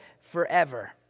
forever